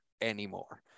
anymore